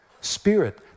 spirit